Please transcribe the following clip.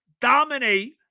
dominate